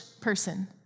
person